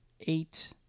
eight